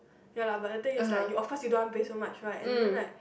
ya lah but the thing is like you of course you don't want pay so much right and then like